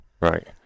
Right